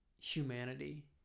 humanity